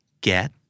get